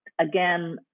again